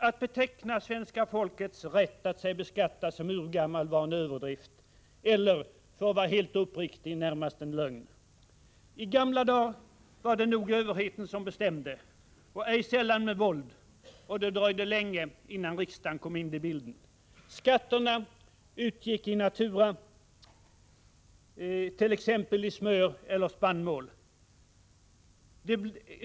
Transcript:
Att beteckna svenska folkets rätt att sig beskatta som urgammal var en överdrift eller — för att vara helt uppriktig — närmast en lögn. I gamla dagar var det nog överheten som bestämde, ej sällan med våld, och det dröjde länge innan riksdagen kom in i bilden. Skatterna utgick i natura, t.ex. i smör eller spannmål.